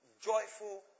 joyful